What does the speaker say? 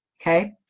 Okay